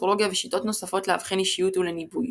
אסטרולוגיה ושיטות נוספות לאבחון אישיות ולניבוי,